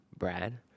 Brad